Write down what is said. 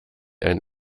ein